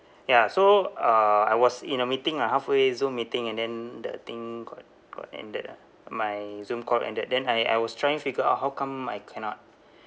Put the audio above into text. ya so uh I was in a meeting ah halfway zoom meeting and then the thing got got ended ah my zoom call ended then I I was trying figure out how come I cannot